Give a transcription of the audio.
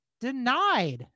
denied